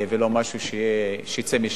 ולא משהו שיצא משליטה.